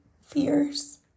fears